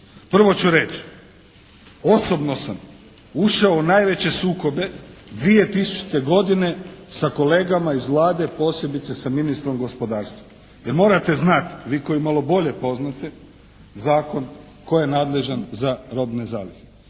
Prvo ću reći osobno sam ušao u najveće sukobe 2000. godine sa kolegama iz Vlade a posebno sa ministrom gospodarstva. Jer morate znati vi koji malo bolje poznate zakon tko je nadležan za robne zalihe.